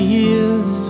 years